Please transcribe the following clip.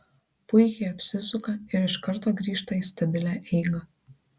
puikiai apsisuka ir iš karto grįžta į stabilią eigą